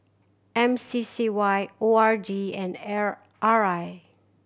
M C C Y O R D and L R I